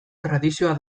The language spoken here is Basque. tradizioa